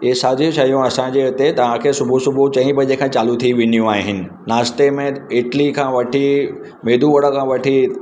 इहे साॼे शयूं असांजे हिते तव्हां खे सुबुह सुबुह चईं बजे खां चालू थी वेंदियूं आहिनि नाश्ते में इडली खां वठी मेदू वड़ा खां वठी